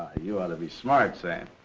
you ought to be smart, sam.